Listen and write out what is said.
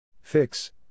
Fix